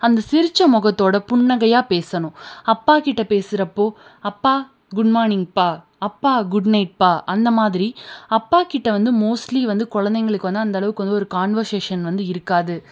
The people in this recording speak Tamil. அந்த சிரித்த முகத்தோடு புன்னகையா பேசணும் அப்பா கிட்டே பேசுகிறப்போ அப்பா குட்மார்னிங்ப்பா அப்பா குட்நைட்ப்பா அந்த மாதிரி அப்பா கிட்டே வந்து மோஸ்ட்லி வந்து குழந்தைங்களுக்கு வந்து அந்த அளவுக்கு வந்து ஒரு கான்வர்ஷேசன் வந்து இருக்காது